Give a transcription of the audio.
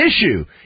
issue